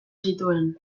zituen